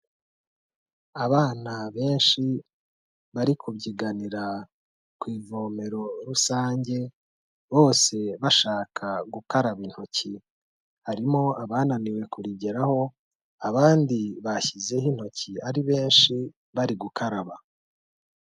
Abana benshi bari kubyiganira ku ivomero rusange bose bashaka gukaraba intoki harimo abananiwe kurigeraho abandi bashyizeho intoki ari benshi bari gukaraba.